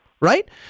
right